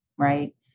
Right